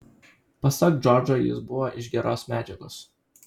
pasak džordžo jis buvo iš geros medžiagos